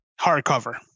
Hardcover